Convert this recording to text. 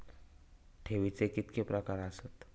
ठेवीचे कितके प्रकार आसत?